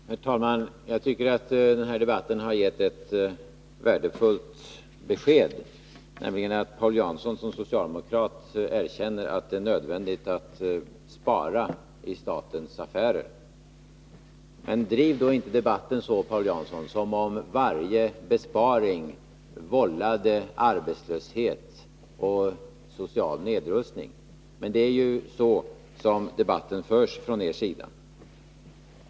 Herr talman! Jag tycker att debatten har gett ett värdefullt besked, nämligen att Paul Jansson som socialdemokrat erkänner att det är nödvändigt att spara i statens affärer. Men driv då inte debatten så, Paul Jansson, som om varje besparing vållade arbetslöshet och social nedrustning! Det är ju så debatten förs från er sida.